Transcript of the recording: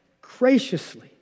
graciously